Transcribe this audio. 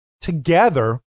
together